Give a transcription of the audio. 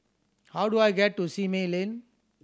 how do I get to Simei Lane